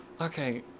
okay